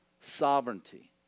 sovereignty